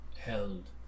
held